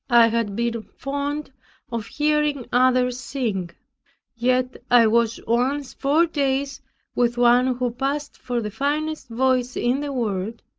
had been fond of hearing others sing yet i was once four days with one who passed for the finest voice in the world,